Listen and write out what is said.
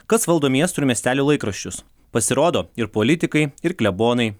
kas valdo miestų ir miestelių laikraščius pasirodo ir politikai ir klebonai